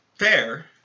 fair